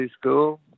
school